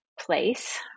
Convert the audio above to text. place